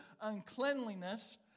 uncleanliness